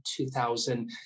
2000